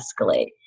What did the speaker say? escalate